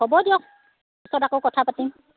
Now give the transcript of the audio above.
হ'ব দিয়ক পিছত আকৌ কথা পাতিম